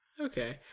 okay